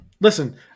Listen